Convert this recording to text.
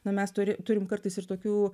na mes turi turime kartais ir tokių